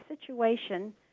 situation